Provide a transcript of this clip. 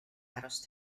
aros